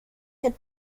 had